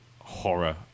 horror